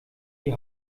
die